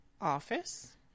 office